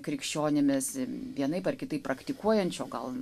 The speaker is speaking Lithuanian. krikščionimis vienaip ar kitaip praktikuojančio gal